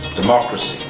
democracy,